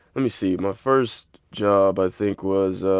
let me see. my first job i think was